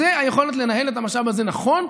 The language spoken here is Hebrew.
זו היכולת לנהל את המשאב הזה נכון,